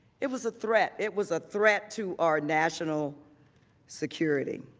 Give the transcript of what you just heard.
it was a threat, it was a threat to our national security.